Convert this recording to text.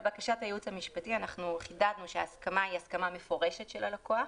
לבקשת הייעוץ המשפטי אנחנו חידדנו שההסכמה היא הסכמה מפורשת של הלקוח,